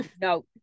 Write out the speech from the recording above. no